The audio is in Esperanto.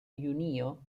junio